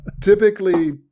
Typically